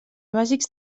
bàsics